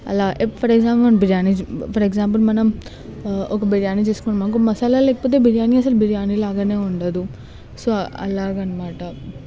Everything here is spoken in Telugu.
అలా ఎప్పుడైన మనం బిర్యానీ ఫర్ ఎక్సమ్పుల్ మనం ఒక బిర్యానీ తీసుకున్నాం అనుకో మసాల లేకపోతే బిర్యానీ అసలు బిర్యానీలాగానే ఉండదు సో అలాగన్నమాట అది